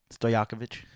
Stojakovic